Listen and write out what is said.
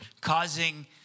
Causing